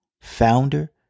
founder